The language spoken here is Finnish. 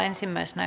asiaan